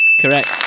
correct